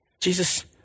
Jesus